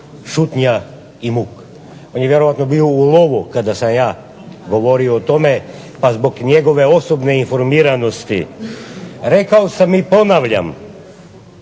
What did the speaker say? šutnja i muk. On je vjerojatno bio u lovu kada sam ja govorio o tome, pa zbog njegove osobne informiranosti rekao sam i ponavljam